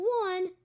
one